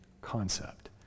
concept